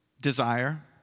desire